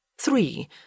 Three